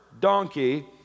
donkey